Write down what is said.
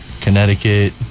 Connecticut